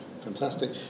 Fantastic